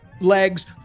legs